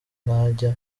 ntajya